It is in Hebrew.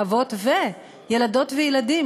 אבות וילדות וילדים,